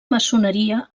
maçoneria